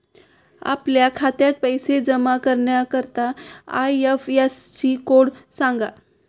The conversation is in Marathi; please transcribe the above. आपल्या खात्यात पैसे जमा करण्याकरता आय.एफ.एस.सी कोड सांगा